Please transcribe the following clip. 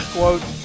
Quote